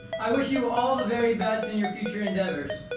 i wish you all the very best in your future endeavors.